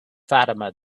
fatima